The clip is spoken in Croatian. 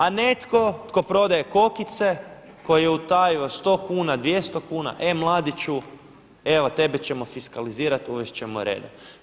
A netko tko prodaje kokice koji je utajio 100 kuna, 200 kuna e mladiću evo tebe ćemo fiskalizirati uvest ćemo reda.